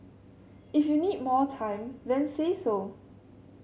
if you need more time then say so